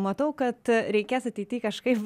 matau kad reikės ateity kažkaip